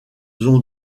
ont